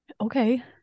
Okay